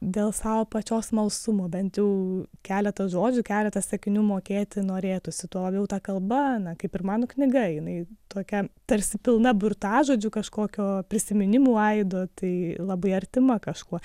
dėl savo pačios smalsumo bent jau keletą žodžių keletą sakinių mokėti norėtųsi tuo labiau ta kalba na kaip ir mano knyga jinai tokia tarsi pilna burtažodžių kažkokio prisiminimų aido tai labai artima kažkuo